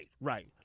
right